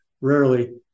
rarely